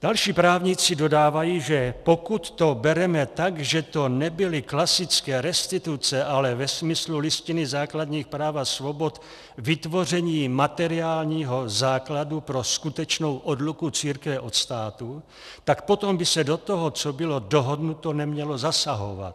Další právníci dodávají, že pokud to bereme tak, že to nebyly klasické restituce, ale ve smyslu Listiny základních práv a svobod vytvoření materiálního základu pro skutečnou odluku církve od státu, tak potom by se do toho, co bylo dohodnuto, nemělo zasahovat.